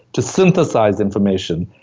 to synthesize information.